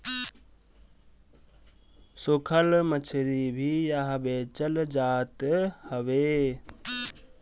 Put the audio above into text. सुखल मछरी भी इहा बेचल जात हवे